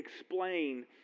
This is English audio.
explain